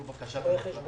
אנחנו מתבקשים